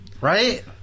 Right